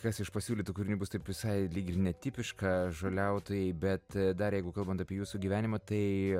kas iš pasiūlytų kūrinių bus taip visai lyg ir netipiška žoliautojai bet dar jeigu kalbant apie jūsų gyvenimą tai